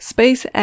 SpaceX